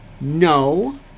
No